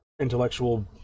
intellectual